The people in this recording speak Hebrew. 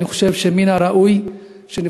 אני חושב שמן הראוי שאנחנו,